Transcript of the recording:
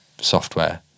software